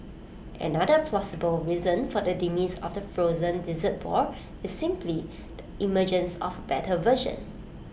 another plausible reason for the demise of the frozen dessert ball is simply the emergence of better version